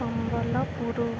Sambalpur